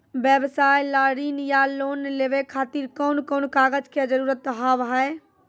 व्यवसाय ला ऋण या लोन लेवे खातिर कौन कौन कागज के जरूरत हाव हाय?